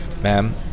Ma'am